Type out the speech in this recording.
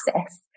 access